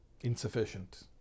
insufficient